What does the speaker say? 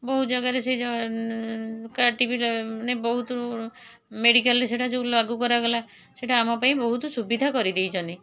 ବହୁତ ଜାଗାରେ ସେ ଯେଉଁ କାର୍ଡ଼ଟି ବି ମାନେ ବହୁତ ମେଡ଼ିକାଲ୍ରେ ସେଇଟା ଯେଉଁ ଲାଗୁ କରାଗଲା ସେଇଟା ଆମ ପାଇଁ ବହୁତ ସୁବିଧା କରିଦେଇଛନ୍ତି